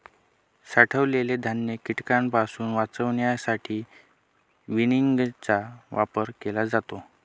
साठवलेले धान्य कीटकांपासून वाचवण्यासाठी विनिंगचा वापर केला जातो